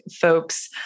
folks